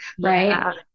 Right